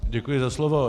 Děkuji za slovo.